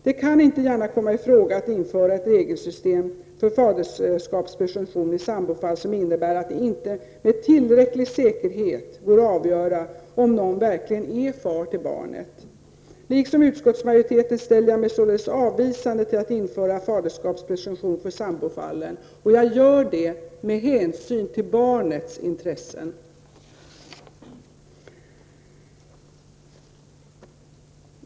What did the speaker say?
Det kan inte gärna komma i fråga att införa ett regelsystem för faderskapspresumtion i sambofall som innebär att det inte med tillräcklig säkerhet går att avgöra om någon verkligen är far till barnet. Liksom utskottsmajoriteten ställer jag mig således avvisande till att införa faderskapspresumtion för sambofall. Detta gör jag med hänsyn till barnets intresse.